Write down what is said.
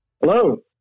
Hello